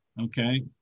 okay